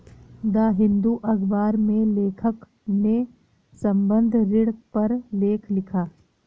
the Hindu अखबार में लेखक ने संबंद्ध ऋण पर लेख लिखा